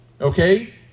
Okay